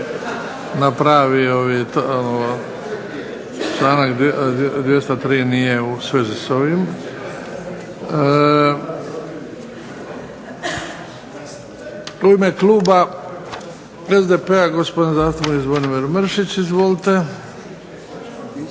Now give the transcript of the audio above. na pravi, članak 203. nije u svezi s ovim. U ime kluba SDP-a, gospodin zastupnik Zvonimir Mršić. Izvolite.